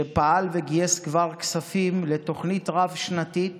שפעל וגייס כבר כספים לתוכנית רב-שנתית